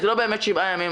זה לא באמת שבעה ימים.